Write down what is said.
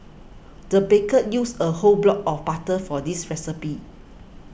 the baker used a whole block of butter for this recipe